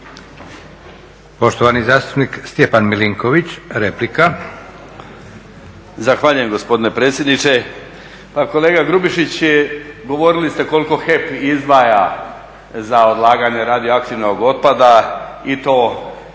Poštovani zastupnik, Stjepan Milinković, replika.